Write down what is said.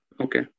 Okay